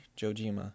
Jojima